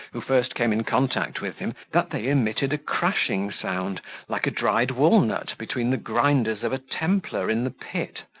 who first came in contact with him, that they emitted a crashing sound like a dried walnut between the grinders of a templar in the pit.